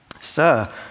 Sir